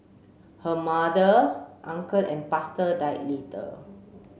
her mother uncle and pastor died later